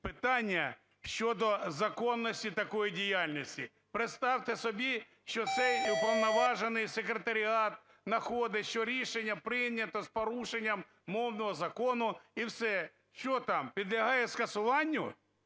питання щодо законності такої діяльності. Представте собі, що цей уповноважений секретаріат находить, що рішення прийнято з порушенням мовного закону і все. Що там, підлягає скасуванню